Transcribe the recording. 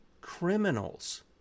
criminals